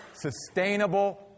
sustainable